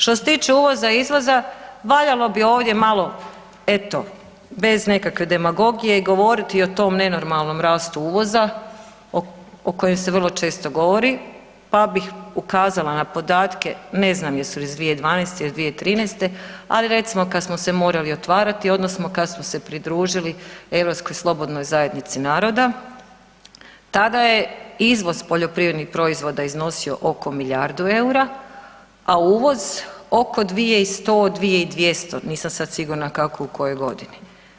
Što se tiče uvoza i izvoza, valjalo bi ovdje malo eto bez nekakve demagogije govoriti o tom nenormalnom rastu uvoza o kojem se vrlo često govori, pa bih ukazala na podatke, ne znam jesu li iz 2012. ili 2013., ali recimo kada smo se morali otvarati odnosno kad smo se pridružili Europskoj slobodnoj zajednici naroda tada je izvoz poljoprivrednih proizvoda iznosio oko milijardu eura, a uvoz oko 2.100, 2.200 nisam sad sigurna kako u kojoj godini.